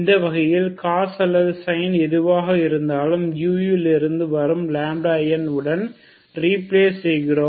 இந்த வகையில் cos அல்லது sine எதுவாக இருந்தாலும் இது இல் இருந்து வரும் n உடன் ரீப்ளேஸ் செய்கிறோம்